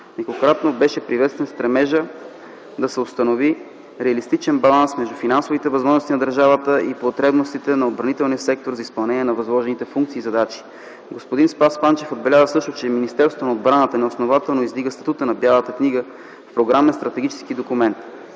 Няколкократно беше приветстван стремежа да се установи реалистичен баланс между финансовите възможности на държавата и потребностите на отбранителния сектор за изпълнение на възложените функции и задачи. Господин Спас Панчев отбеляза също, че Министерството на отбраната неоснователно издига статута на Бялата книга в програмен стратегически документ.